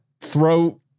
throw